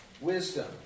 wisdom